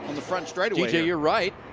front straightaway you're right.